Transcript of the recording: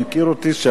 מיכאלי, כרמל